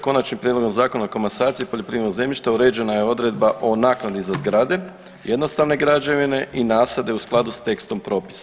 Konačnim prijedlogom Zakona o komasaciji poljoprivrednog zemljišta uređena je odredba o naknadi za zgrade, jednostavne građevine i nasade u skladu s tekstom propisa.